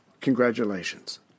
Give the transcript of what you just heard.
Congratulations